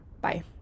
Bye